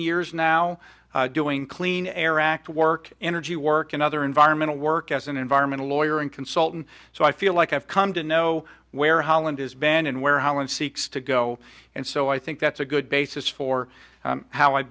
years now doing clean air act work energy work and other environmental work as an environmental lawyer and consultant so i feel like i've come to know where holland is banned and where holland seeks to go and so i think that's a good basis for how i've